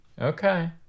okay